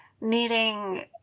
needing